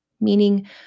Meaning